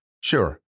Sure